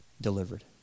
Delivered